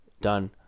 done